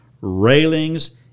railings